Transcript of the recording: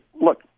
look